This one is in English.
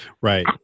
Right